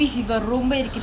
kindergarten ah